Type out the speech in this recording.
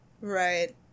Right